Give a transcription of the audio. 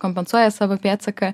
kompensuoja savo pėdsaką